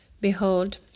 Behold